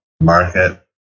Market